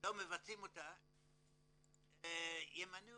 שלא מבצעים אותה, ימנו